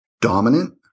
Dominant